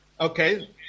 Okay